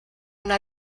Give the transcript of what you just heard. una